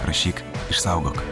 rašyk išsaugok